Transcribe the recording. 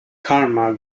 karma